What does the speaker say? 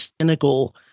cynical